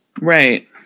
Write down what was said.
right